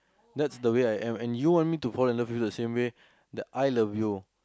that's the way I am and you want me to fall in love with you the same way that I love you